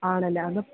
ആണല്ലേ എന്നാല്